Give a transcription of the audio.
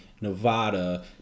Nevada